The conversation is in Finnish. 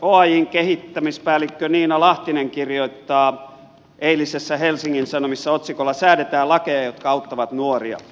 oajn kehittämispäällikkö nina lahtinen kirjoittaa eilisessä helsingin sanomissa otsikolla säädetään lakeja jotka auttavat nuoria